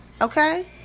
Okay